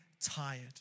tired